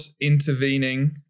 intervening